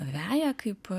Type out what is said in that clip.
veją kaip